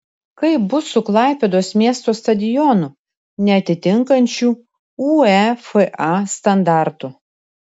kaip bus su klaipėdos miesto stadionu neatitinkančiu uefa standartų